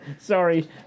Sorry